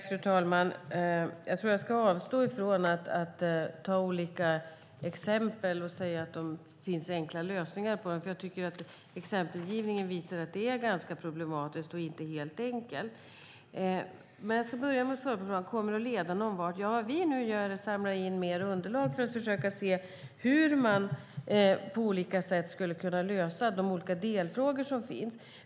Fru talman! Jag tror att jag ska avstå från att ta olika exempel och säga att det finns enkla lösningar på dem, för jag tycker att exempelgivningen visar att detta är ganska problematiskt. Jag ska börja med att svara på frågan om det kommer att leda någon vart. Det vi nu gör är att samla in mer underlag för att försöka se hur man på olika sätt skulle kunna lösa de olika delfrågor som finns.